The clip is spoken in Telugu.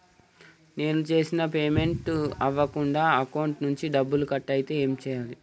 నేను చేసిన పేమెంట్ అవ్వకుండా అకౌంట్ నుంచి డబ్బులు కట్ అయితే ఏం చేయాలి?